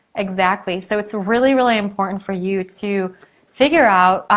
exactly. so it's really, really important for you to figure out